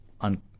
on